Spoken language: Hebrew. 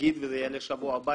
נגיד וזה יעלה בשבוע הבא,